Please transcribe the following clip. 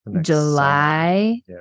July